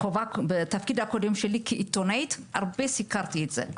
אני בתפקיד הקודם שלי כעיתונאית הרבה סיקרתי את זה.